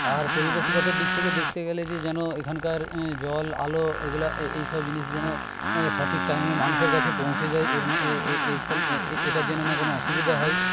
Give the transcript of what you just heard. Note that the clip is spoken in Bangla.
আর পরিবেশগত দিক থেকে দেখতে গেলে যে যেন এখানকার জল আলো এইগুলা এ এইসব জিনিস যেন সঠিক টাইমে মানুষের কাছে পৌঁছে যায় এটার যেন না কোনো অসুবিধা হয়